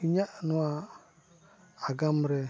ᱤᱧᱟᱹᱜ ᱱᱚᱣᱟ ᱟᱜᱟᱢ ᱨᱮ